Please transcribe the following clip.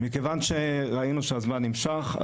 מכיוון שראינו שהזמן נמשך,